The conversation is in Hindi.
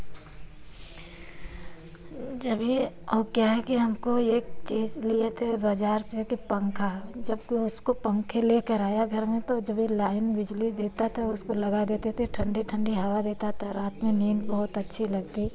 जब यह क्या है कि हमको एक चीज़ लिए थे बाज़ार से कि पंखा जबकि उसको पंखे लेकर आया घर में तो जब यह लाइन बिजली देता था उसको लगा देते थे ठण्डी ठण्डी हवा देता था रात में नींद बहुत अच्छी लगती